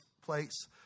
place